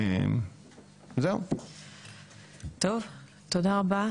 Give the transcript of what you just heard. תודה רבה.